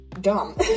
dumb